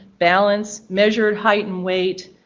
balance, measured height and weight,